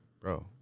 bro